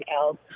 else